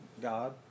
God